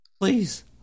Please